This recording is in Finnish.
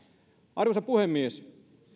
arvoisa puhemies